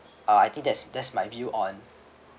uh I think that's that's my view on